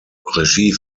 regie